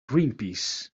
greenpeace